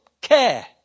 care